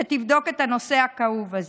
שתבדוק את הנושא הכאוב הזה.